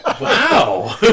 Wow